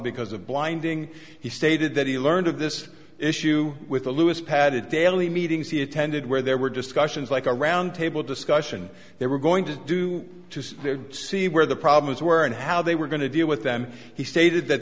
because of blinding he stated that he learned of this issue with the lewis padded daily meetings he attended where there were discussions like a roundtable discussion they were going to do to see where the problems were and how they were going to deal with them he stated that